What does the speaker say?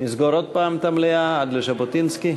נסגור שוב את המליאה עד ז'בוטינסקי?